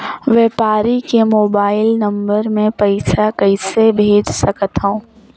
व्यापारी के mobile number मे पईसा कइसे भेज सकथव?